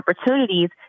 opportunities